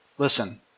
Listen